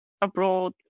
abroad